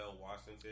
Washington